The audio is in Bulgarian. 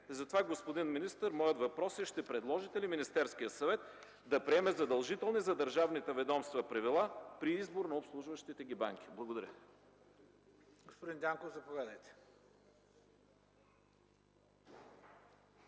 Затова господин министър, моят въпрос е: ще предложите ли Министерският съвет да приеме задължителни за държавните ведомства правила при избор на обслужващите ги банки? Благодаря Ви.